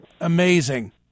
amazing